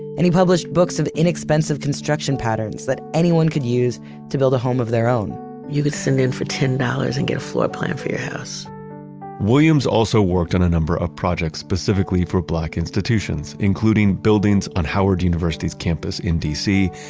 and he published books of inexpensive construction patterns that anyone could use to build a home of their own you could send in for ten dollars and get a floor plan for your house williams also worked on a number of projects specifically for black institutions, including buildings on howard university's campus in d c.